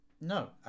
No